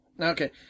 Okay